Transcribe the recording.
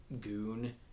goon